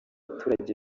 baturage